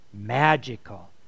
magical